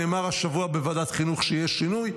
נאמר השבוע בוועדת חינוך שיהיה שינוי,